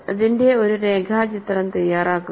ഇതിന്റെ ഒരു രേഖാചിത്രം തയ്യാറാക്കുക